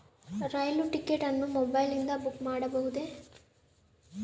ರೈಲು ticket ಅನ್ನು ಮೊಬೈಲಿಂದ book ಮಾಡಬಹುದೆ?